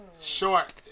Short